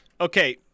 Okay